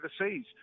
overseas